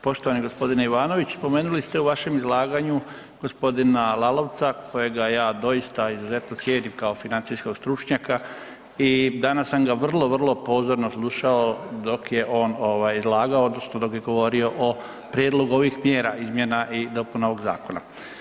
Poštovani g. Ivanović, spomenuli ste u vašem izlaganju g. Lalovca kojega ja doista izuzetno cijenim kao financijskog stručnjaka i danas sam ga vrlo, vrlo pozorno slušao dok je on izlagao, odnosno dok je govorio o prijedlogu ovih mjera, izmjena i dopuna ovog zakona.